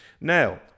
Now